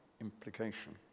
implication